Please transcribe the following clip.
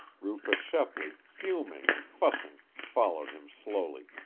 rufus shepley, fuming and fussing, followed him slowly.